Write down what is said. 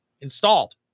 installed